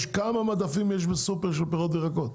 כמה מדפים יש בסופר של פירות וירקות.